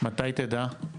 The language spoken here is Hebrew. מתי תדע?